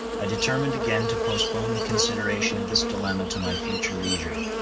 i determined again to postpone the consideration of this dilemma to my future leisure.